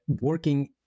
working